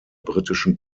britischen